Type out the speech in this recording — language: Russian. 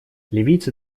ливийцы